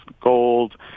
gold